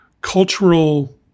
cultural